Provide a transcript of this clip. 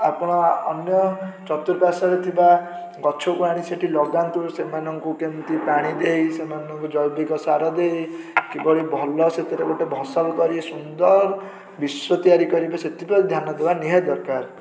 ଆପଣ ଅନ୍ୟ ଚତୁଃପାର୍ଶ୍ୱରେ ଥିବା ଗଛକୁ ଆଣି ସେଇଠି ଲଗାନ୍ତୁ ସେମାନଙ୍କୁ କେମତି ପାଣି ଦେଇ ଜୈବିକସାର ଦେଇ କିଭଳି ଭଲ ସେଥିରେ ଗୋଟେ ଫସଲ କରି ସୁନ୍ଦର ବିଶ୍ୱ ତିଆରି କରିବେ ସେଥିପାଇଁ ଧ୍ୟାନ ଦେବା ନିହାତି ଦରକାର